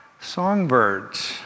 Songbirds